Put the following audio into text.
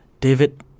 David